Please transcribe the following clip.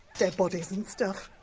dead bodies and stuff.